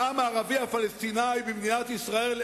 העם הערבי הפלסטיני במדינת ישראל,